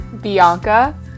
Bianca